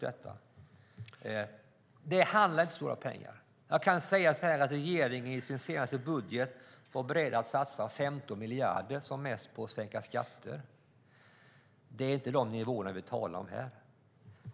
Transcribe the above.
Det handlar inte om stora pengar. Regeringen var i sin senaste budget beredd att satsa som mest 15 miljarder på att sänka skatter. Det är inte de nivåerna vi talar om här.